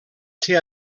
ser